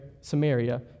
Samaria